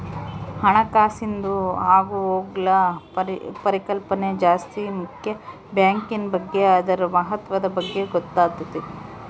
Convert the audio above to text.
ಹಣಕಾಸಿಂದು ಆಗುಹೋಗ್ಗುಳ ಪರಿಕಲ್ಪನೆ ಜಾಸ್ತಿ ಮುಕ್ಯ ಬ್ಯಾಂಕಿನ್ ಬಗ್ಗೆ ಅದುರ ಮಹತ್ವದ ಬಗ್ಗೆ ಗೊತ್ತಾತತೆ